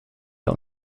der